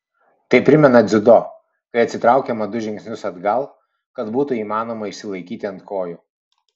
tai primena dziudo kai atsitraukiama du žingsnius atgal kad būtų įmanoma išsilaikyti ant kojų